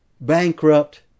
bankrupt